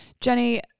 Jenny